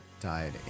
died